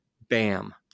Bam